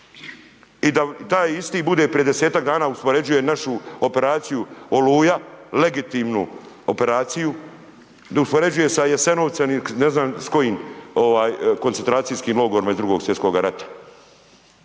i da taj isti bude prije 10-tak dana uspoređuje našu operaciju Oluja, legitimnu operaciju, da uspoređuje sa Jesenovcem i ne znam s kojim koncentracijskim logorima iz drugog svjetskoga rata.